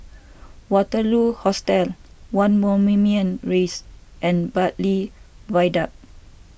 Waterloo Hostel one Moulmein Rise and Bartley Viaduct